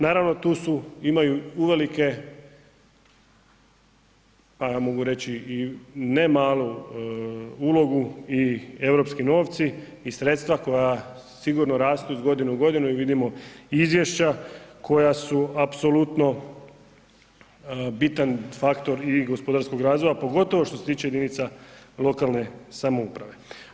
Naravno, tu imaju uvelike i mogu reći ne malu ulogu i europski novci i sredstva koja sigurno rastu iz godine u godinu i vidimo izvješća koja su apsolutno bitan faktor i gospodarskog razvoja, pogotovo što se tiče jedinica lokalne samouprave.